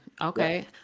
okay